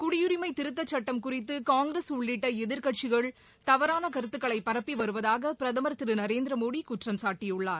குடியுரிமை திருத்தச் சுட்டம் குறித்து காங்கிரஸ் உள்ளிட்ட எதிர்க்கட்சிகள் தவறான கருத்துக்களை பரப்பி வருவதாக பிரதமர் திரு நரேந்திரமோடி குற்றம்சாட்டியுள்ளார்